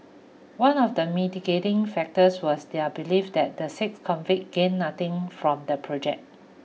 one of the mitigating factors was their belief that the six convict gained nothing from the project